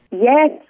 Yes